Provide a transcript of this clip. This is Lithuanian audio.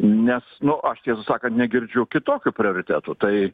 nes nu aš tiesą sakan negirdžiu kitokių prioritetų tai